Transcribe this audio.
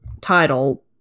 title